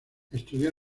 estudió